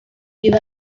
give